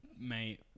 mate